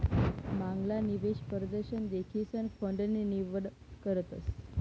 मांगला निवेश परदशन देखीसन फंड नी निवड करतस